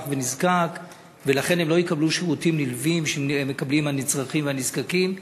ונזקק ולכן הם לא יקבלו שירותים נלווים שמקבלים הנצרכים והנזקקים.